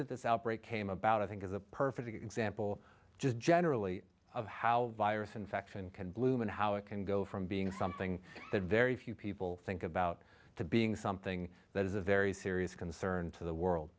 that this outbreak came about i think is a perfect example just generally of how virus infection can bloom and how it can go from being something that very few people think about to being something that is a very serious concern to the world